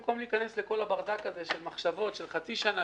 במקום להיכנס לכל הברדק של מחשבות של חצי שנה,